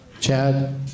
Chad